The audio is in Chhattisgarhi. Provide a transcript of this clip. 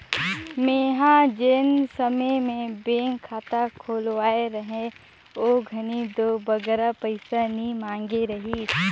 मेंहा जेन समे में बेंक खाता खोलवाए रहें ओ घनी दो बगरा पइसा नी मांगे रहिस